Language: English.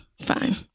fine